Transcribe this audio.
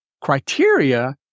criteria